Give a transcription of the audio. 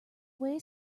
away